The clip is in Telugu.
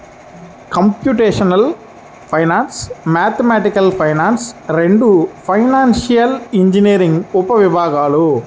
కంప్యూటేషనల్ ఫైనాన్స్, మ్యాథమెటికల్ ఫైనాన్స్ రెండూ ఫైనాన్షియల్ ఇంజనీరింగ్ ఉపవిభాగాలు